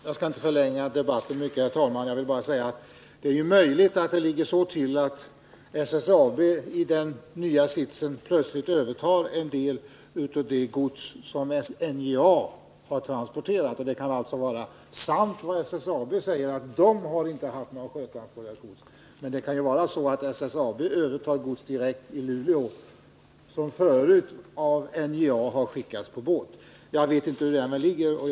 Herr talman! Jag skall inte förlänga debatten mycket. Jag vill bara säga att det är möjligt att SSAB, i den nya sits företaget har, nu plötsligt får överta en del av det gods som NJA har transporterat. Det kan alltså vara sant, som SSAB säger, att det företaget inte haft några sjötransporter, men att SSAB i Luleå övertar gods som förut av NJA har skickats per båt. Jag vet inte hur det förhåller sig med det.